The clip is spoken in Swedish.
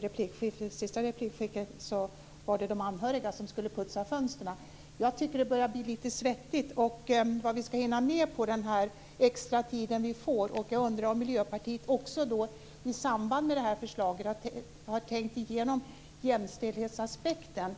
replikskiftet sade Lotta Nilsson-Hedström att det är de anhöriga som ska putsa fönstren. Jag tycker att det börjar bli lite svettigt med tanke på allt vi ska hinna med på den extra tid vi får. Jag undrar om Miljöpartiet i samband med det här förslaget har tänkt igenom jämställdhetsaspekten.